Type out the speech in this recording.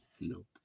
Nope